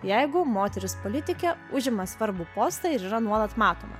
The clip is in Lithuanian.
jeigu moteris politikė užima svarbų postą ir yra nuolat matoma